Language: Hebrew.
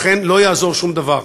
לכן לא יעזור שום דבר,